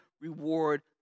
reward